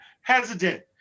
hesitant